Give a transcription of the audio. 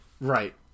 right